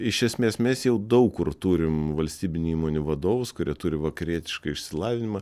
iš esmės mes jau daug kur turim valstybinių įmonių vadovus kurie turi vakarietišką išsilavinimą